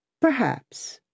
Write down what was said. Perhaps